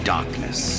Darkness